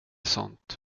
sånt